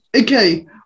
Okay